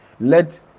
let